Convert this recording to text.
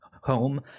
home